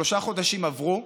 שלושה חודשים עברו.